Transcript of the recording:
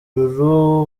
lulu